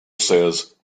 says